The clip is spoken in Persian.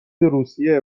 روسیه